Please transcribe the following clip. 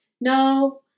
no